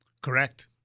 Correct